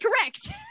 correct